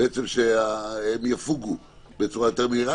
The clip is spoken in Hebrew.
שהם יפוגו בצורה יותר מהירה,